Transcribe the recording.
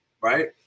Right